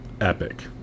Epic